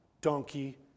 donkey